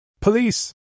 Police